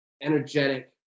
energetic